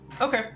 Okay